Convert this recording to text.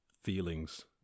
feelings